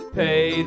pay